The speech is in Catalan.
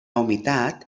humitat